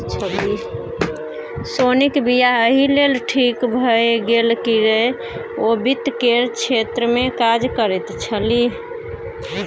सोनीक वियाह एहि लेल ठीक भए गेल किएक ओ वित्त केर क्षेत्रमे काज करैत छलीह